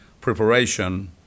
preparation